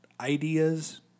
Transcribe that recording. ideas